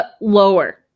lower